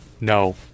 no